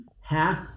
half